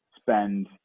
spend